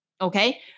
okay